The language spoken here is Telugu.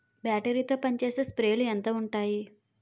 బ్యాటరీ తో పనిచేసే స్ప్రేలు ఎంత ఉంటాయి?